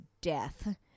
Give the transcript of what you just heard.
death